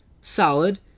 solid